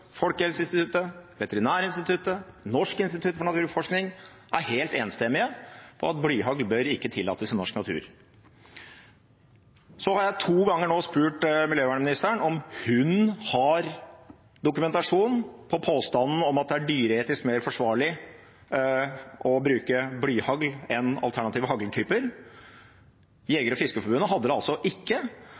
Folkehelseinstituttet, Veterinærinstituttet, Norsk institutt for naturforskning – er helt enstemmige om at blyhagl ikke bør tillates i norsk natur. Jeg har to ganger nå spurt miljøvernministeren om hun har dokumentasjon for påstanden om at det er dyreetisk mer forsvarlig å bruke blyhagl enn alternative hagltyper. Jeger- og Fiskerforbundet hadde det ikke. Miljøvernministeren valgte to ganger å ikke